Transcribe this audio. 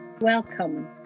Welcome